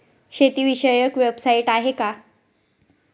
शेतीविषयक वेबसाइट आहे का?